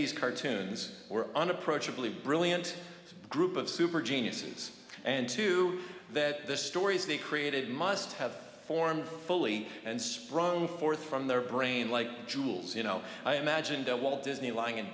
these cartoons were unapproachable a brilliant group of super geniuses and two that the stories they created must have formed fully and sprung forth from their brain like jules you know i imagine that walt disney lying in